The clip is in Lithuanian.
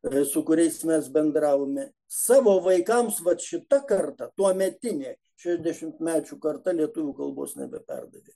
su kuriais mes bendravome savo vaikams vat šita karta tuometinė šešiasdešimtmečių karta lietuvių kalbos nebeperdavė